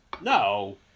No